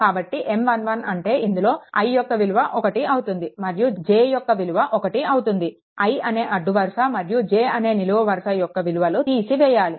కాబట్టి M11 అంటే ఇందులో i యొక్క విలువ 1 అవుతుంది మరియు j యొక్క విలువ 1 అవుతుంది i అనే అడ్డు వరుస మరియు j అనే నిలువు వరుస యొక్క విలువలు తీసివేయాలి